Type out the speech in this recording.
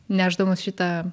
nešdamos šitą